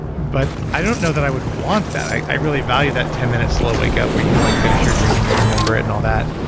but i don't know that i would want that i really value that ten minute slow wake up where you can like finish your dream and remember it and all that.